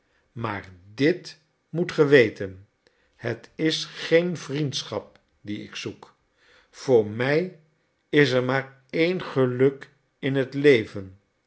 maar dit moet ge weten het is geen vriendschap die ik zoek voor mij is er maar een geluk in het leven